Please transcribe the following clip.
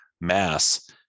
mass